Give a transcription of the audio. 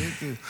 בדיוק.